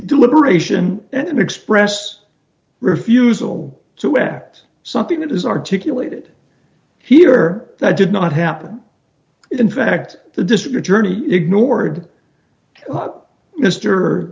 deliberation and express refusal to act something that is articulated here that did not happen in fact the district attorney ignored mr